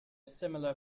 similar